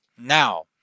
now